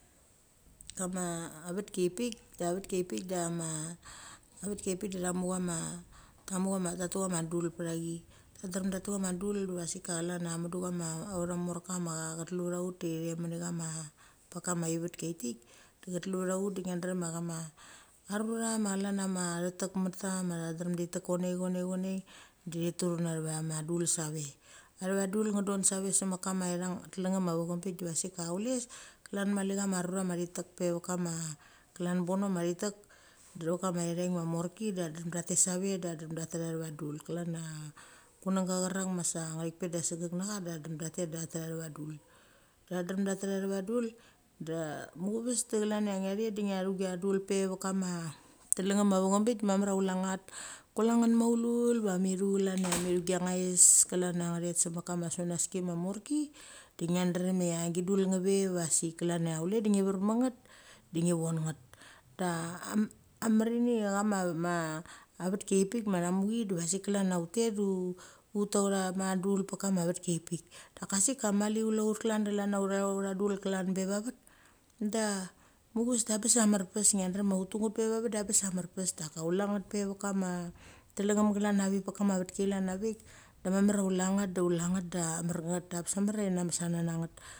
Kama avetki kia pik da avetkipik da ma chamu tatu chama dul pechi ta dre tatu ghamadui pechi diva sik ka chlan ia mudu ma autha a morka ma chetu va ut te uhe mini pet kama ivet kia tik, de cha tul va ut de ngia drem chama arura ma chlan chama athetek mekta ma tha drem thi tek konei chonei, chonei, chonei da thi turu netha ve ma dul save. Atha va dul nga dan da ve semek kama telengnem a vam a vam bik da sik ka chule klan mali chama rura ma thi tek do chok ka ma ithek ma morki de tha tetha atheva dul. Klan chia, kunangga chera ma sa ngthekpet da sedek nacha de cha tet de tha tetha atha vei dul. Da drem tetha va dul, da muchaves de chlan ngia thet da ngia thu gia dul pe vek kama telengem a vacham bik mamar a chule nget, kule nget maululu va mithu chlan cha mithu dacha thaes klan cha ngthet se mek kama sunaski ma mroki, de ngia drem cha gi dul ngve va sik klan cha chule de ngi ver ma nget, chule de ngi ver ma nget de ngi von nget. Da amarini chama vetki a vek pik ma tha muchi da sik klan cha ut tet da uttu a utha ma dul pakam vetki a vek pik. Daka sik amali chule ut klan pe va vet da muchaves da abes a marpas ngia drena ia ut tu nget pe va vet da bes a marpas da ka chule nget pe vek kama telengnem glan a vikpe kama vetki chlan a vik, da mamar cha chule ngot da chule nget da amar nget da abes mamar cha thi names sana na ngnet.